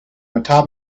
atop